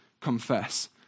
confess